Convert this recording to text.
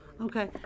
Okay